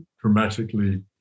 dramatically